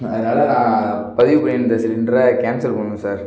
அதனால் நான் பதிவு பண்ணியிருந்த சிலிண்ட்ரை கேன்சல் பண்ணணும் சார்